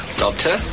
doctor